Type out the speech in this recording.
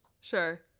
Sure